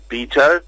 Beto